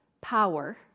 power